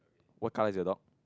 what car is your dog